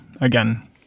Again